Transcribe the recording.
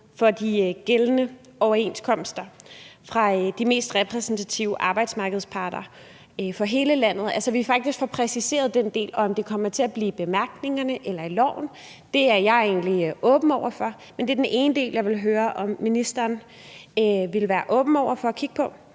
for de gældende overenskomster fra de mest repræsentative arbejdsmarkedsparter for hele landet, altså, at vi faktisk får præciseret den del. Om det kommer til at blive i bemærkningerne eller i loven, er jeg åben over for. Det er den ene del, jeg vil høre om ministeren vil være åben for at kigge på.